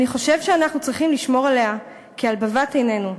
אני חושב שאנחנו צריכים לשמור עליה כעל בבת-עינינו.